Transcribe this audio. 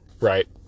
right